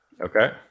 Okay